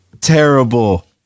terrible